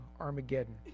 Armageddon